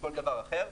וכל דבר אחר.